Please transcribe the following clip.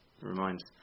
reminds